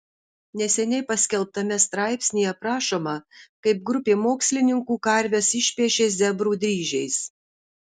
neseniai paskelbtame straipsnyje aprašoma kaip grupė mokslininkų karves išpiešė zebrų dryžiais